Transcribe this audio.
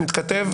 נתכתב.